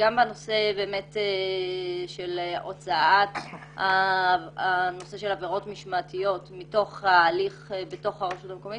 בנושא של הוצאת עבירות משמעתיות מתוך ההליך בתוך הרשות המקומית,